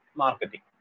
marketing